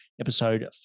episode